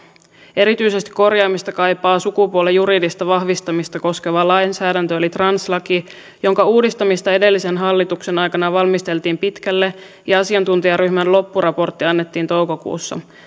erityisesti korjaamista kaipaa sukupuolen juridista vahvistamista koskeva lainsäädäntö eli translaki jonka uudistamista edellisen hallituksen aikana valmisteltiin pitkälle ja asiantuntijaryhmän loppuraportti annettiin toukokuussa